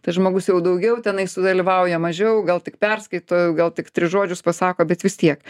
tas žmogus jau daugiau tenai sudalyvauja mažiau gal tik perskaito gal tik tris žodžius pasako bet vis tiek